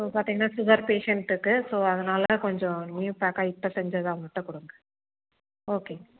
so பார்த்தீங்கன்னா sugar பேஷண்ட்டுக்கு so அதனால் கொஞ்சம் நியூ பேக்கா இப்போ செஞ்சதா மட்டும் கொடுங்க ஓகேங்க